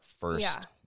first